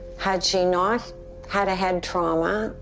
had she not had a head trauma,